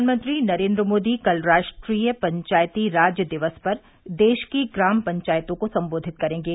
प्रधानमंत्री नरेन्द्र मोदी कल राष्ट्रीय पंचायती राज दिवस पर देश की ग्राम पंचायतों को संबोधित करेंगे